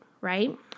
Right